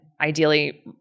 ideally